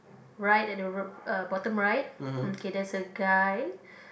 right at the r~ uh bottom right okay there's a guy